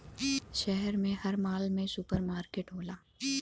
शहर में हर माल में सुपर मार्किट होला